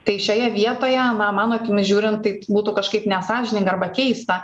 tai šioje vietoje na mano akimis žiūrint tai būtų kažkaip nesąžininga arba keista